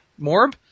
Morb